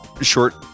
Short